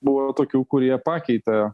buvo tokių kurie pakeitė